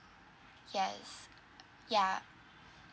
yes ya